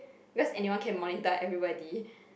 because anyone can monitor everybody